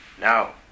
Now